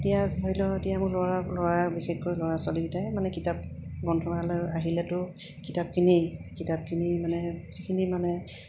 এতিয়া ধৰি লওক এতিয়া মোৰ ল'ৰা ল'ৰা বিশেষকৈ ল'ৰা ছোৱালীকেইটাই মানে কিতাপ গ্ৰন্থমেলালৈ আহিলেতো কিতাপ কিনেই কিতাপ কিনি মানে যিখিনি মানে